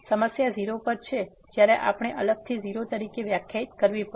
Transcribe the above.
સમસ્યા 0 પર છે જ્યાં આપણે અલગથી 0 તરીકે વ્યાખ્યાયિત કરવી પડશે